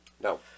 No